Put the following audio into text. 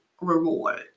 reward